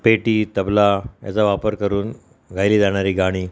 पेटी तबला याचा वापर करून गायली जाणारी गाणी